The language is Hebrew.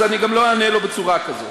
אז גם לא אענה לו בצורה כזאת.